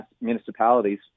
municipalities